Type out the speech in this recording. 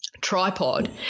tripod